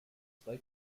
zwei